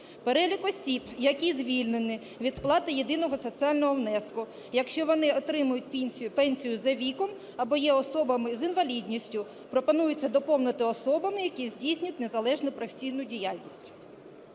Перелік осіб, які звільнені від сплати єдиного соціального внеску, якщо вони отримують пенсію за віком або є особами з інвалідністю, пропонується до поповнити особами, які здійснюють незалежну професійну діяльність.